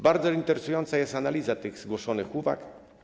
Bardzo interesująca jest analiza zgłoszonych uwag.